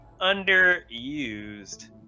underused